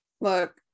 look